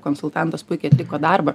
konsultantas puikiai atliko darbą